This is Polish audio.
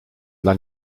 dla